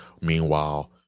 Meanwhile